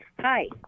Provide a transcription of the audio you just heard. Hi